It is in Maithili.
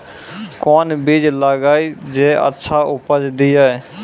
कोंन बीज लगैय जे अच्छा उपज दिये?